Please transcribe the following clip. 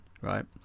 right